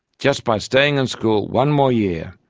just by staying in school one more year,